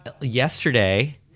Yesterday